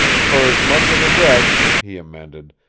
fer as much of the rest, he amended,